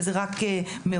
וזה רק מעודד.